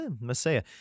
Messiah